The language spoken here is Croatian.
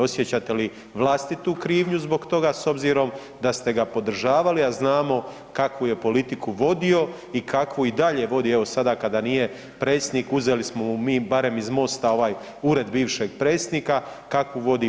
Osjećate li vlastitu krivnju zbog toga s obzirom da ste ga podržavali, a znamo kakvu je politiku vodio i kakvu i dalje vodi evo sada kada nije predsjednik uzeli smo mu mi barem iz MOST-a ovaj ured bivšeg predsjednika, kakvu vodi prema BiH.